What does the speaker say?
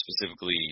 specifically